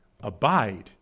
Abide